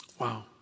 Wow